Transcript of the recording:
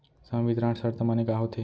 संवितरण शर्त माने का होथे?